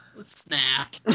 Snap